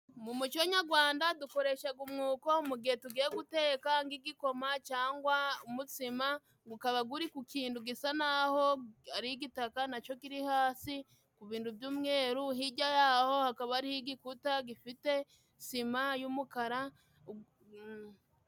Mu muco nyagwanda dukoreshaga umwuko mu gihe tugiye guteka nk igikoma cyangwa umutsima gukaba guri ku kintu gisa naho ari igitaga na co kiri hasi ku bintu by'umweru hijya yaho hakaba hari igikuta gifite sima y'umukara ...